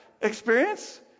experience